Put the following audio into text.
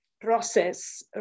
process